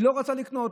היא לא רוצה לקנות.